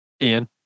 Ian